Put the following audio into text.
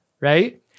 right